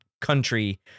country